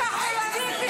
אישה חולנית,